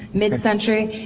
midcentury.